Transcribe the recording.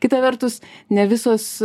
kita vertus ne visos